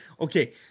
okay